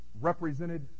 represented